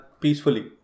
peacefully